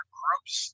groups